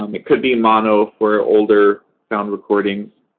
um it could be mono for older sound recordings.